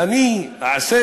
אני אעשה